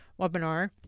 webinar